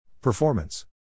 Performance